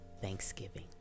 thanksgiving